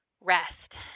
rest